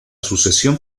sucesión